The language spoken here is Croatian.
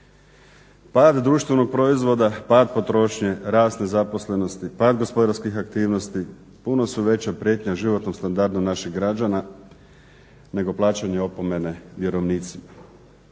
Pad društvenog proizvoda, pad potrošnje, rast nezaposlenosti, pad gospodarskih aktivnost, puno su veća prijetnja životnom standardu naših građana nego plaćanje opomene vjerovnicima.